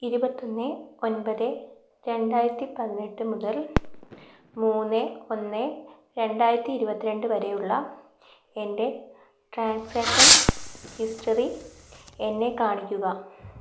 ഇരുപത്തി ഒന്ന് ഒൻപത് രണ്ടായിരത്തി പതിനെട്ട് മുതൽ മൂന്ന് ഒന്ന് രണ്ടായിരത്തി ഇരുപത്തി രണ്ട് വരെയുള്ള എൻ്റെ ട്രാൻസാഷൻ ഹിസ്റ്ററി എന്നെ കാണിക്കുക